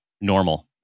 normal